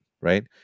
right